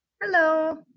Hello